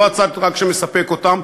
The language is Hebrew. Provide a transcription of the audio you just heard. לא רק את הצד שמספק אותם.